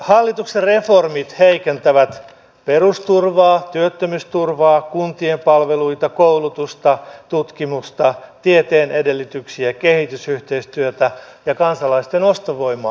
hallituksen reformit heikentävät perusturvaa työttömyysturvaa kuntien palveluita koulutusta tutkimusta tieteen edellytyksiä kehitysyhteistyötä ja kansalaisten ostovoimaa